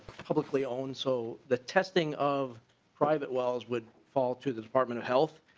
publicly owned so the testing of private wells would fall to the department of health.